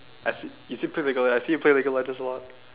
as you still play league of legends I see you play league of legends a lot